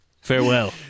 Farewell